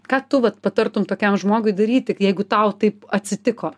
ką tu vat patartum tokiam žmogui daryti jeigu tau taip atsitiko